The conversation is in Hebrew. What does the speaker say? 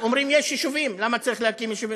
אומרים: יש יישובים, למה צריך להקים יישובים?